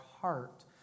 heart